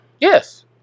Yes